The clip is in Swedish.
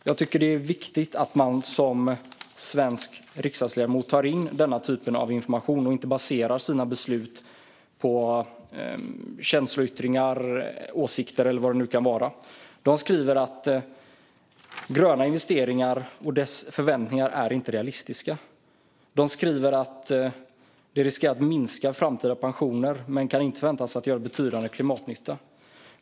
Jag tycker att det är viktigt att man som svensk riksdagsledamot tar in denna typ av information och inte baserar sina beslut på känsloyttringar eller åsikter. De fyra forskarna skriver att förväntningarna på gröna investeringar inte är realistiska och att de riskerar att minska framtida pensioner men inte kan förväntas göra betydande klimatnytta.